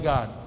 God